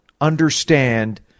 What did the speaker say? understand